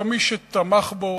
גם מי שתמך בו,